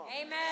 Amen